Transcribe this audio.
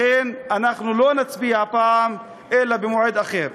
לכן אנחנו לא נצביע הפעם אלא במועד אחר.